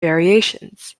variations